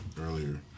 earlier